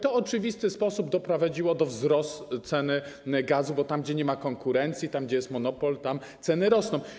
To w oczywisty sposób doprowadziło do wzrostu ceny gazu, bo tam, gdzie nie ma konkurencji, tam, gdzie jest monopol, tam ceny rosną.